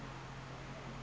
money face then